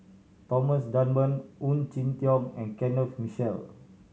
Thomas Dunman Ong Jin Teong and Kenneth Mitchell